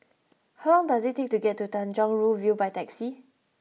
how long does it take to get to Tanjong Rhu View by taxi